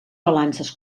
balances